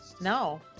No